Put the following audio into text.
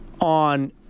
on